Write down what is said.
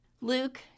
Luke